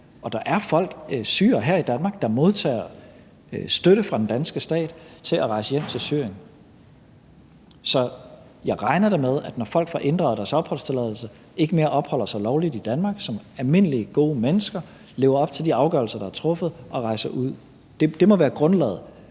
og der er folk, syrere, her i Danmark, der modtager støtte fra den danske stat til at rejse hjem til Syrien. Jeg regner da med, at når folk får inddraget deres opholdstilladelse og ikke mere opholder sig lovligt i Danmark, som almindelige gode mennesker lever op til de afgørelser, der er truffet, og rejser ud. Det må være grundlaget.